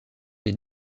des